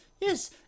Yes